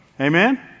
Amen